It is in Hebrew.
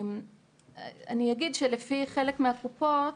אני אגיד שלפי חלק מהקופות,